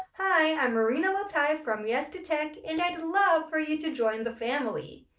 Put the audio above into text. hi i'm marina lotaif from yes to tech, and i'd love for you to join the family.